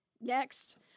Next